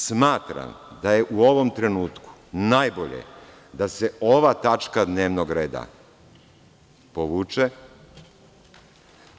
Smatram da je u ovom trenutku najbolje da se ova tačka dnevnog reda povuče.